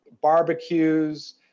barbecues